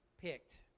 picked